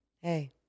Hey